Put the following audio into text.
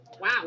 Wow